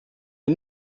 wir